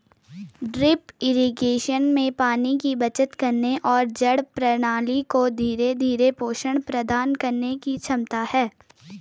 drip irrigation में पानी की बचत करने और जड़ प्रणाली को धीरे धीरे पोषण प्रदान करने की क्षमता है